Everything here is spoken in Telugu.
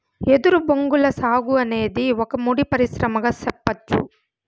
ఎదురు బొంగుల సాగు అనేది ఒక ముడి పరిశ్రమగా సెప్పచ్చు